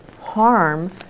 harm